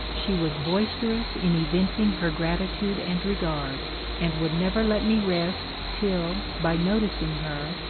she was boisterous in evincing her gratitude and regard, and would never let me rest till, by noticing her,